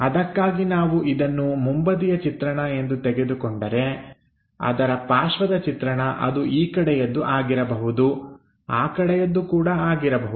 ಅದಕ್ಕಾಗಿ ನಾವು ಇದನ್ನು ಮುಂಬದಿಯ ಚಿತ್ರಣ ಎಂದು ತೆಗೆದುಕೊಂಡರೆ ಅದರ ಪಾರ್ಶ್ವದ ಚಿತ್ರಣ ಅದು ಈ ಕಡೆಯದ್ದು ಆಗಿರಬಹುದು ಆ ಕಡೆಯದ್ದು ಕೂಡ ಆಗಿರಬಹುದು